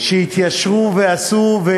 שהתיישבו ועשו.